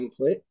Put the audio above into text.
template